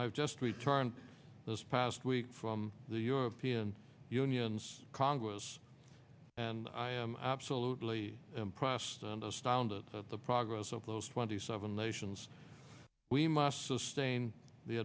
have just returned this past week from the european union's congress and i am absolutely impressed and astounded at the progress of those twenty seven nations we must sustain the